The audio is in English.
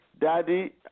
Daddy